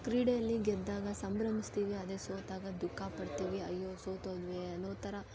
ಕ್ರೀಡೆಯಲ್ಲಿ ಗೆದ್ದಾಗ ಸಂಭ್ರಮಿಸ್ತೀವಿ ಅದೇ ಸೋತಾಗ ದುಃಖಪಡ್ತೀವಿ ಅಯ್ಯೋ ಸೋತೋದ್ವಿ ಅನ್ನೋ ಥರ